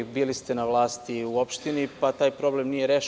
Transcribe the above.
Bili ste na vlasti u opštini, pa taj problem nije rešen.